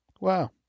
Wow